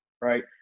right